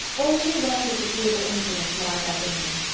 only one disagreeable incident marred that winter.